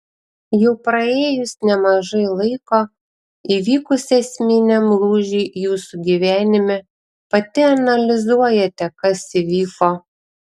jau praėjus nemažai laiko įvykus esminiam lūžiui jūsų gyvenime pati analizuojate kas įvyko